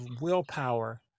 willpower